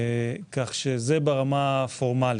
זה ברמה הפורמלית.